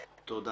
הצבעה בעד,